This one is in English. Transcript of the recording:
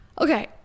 Okay